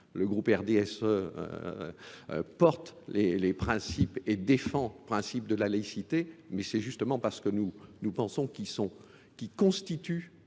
Le groupe RDSE porte les principes et défend le principe de la laïcité, mais c'est justement parce que nous pensons qu'ils constituent